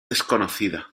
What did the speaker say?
desconocida